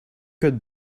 could